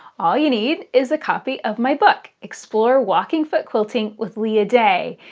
all you need is a copy of my book explore walking foot quilting with leah day.